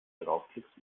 draufklickst